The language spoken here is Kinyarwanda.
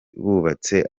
bubatse